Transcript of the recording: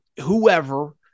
whoever